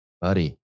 Buddy